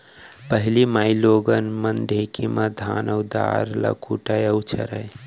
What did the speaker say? पहिली माइलोगन मन ढेंकी म धान अउ दार ल कूटय अउ छरयँ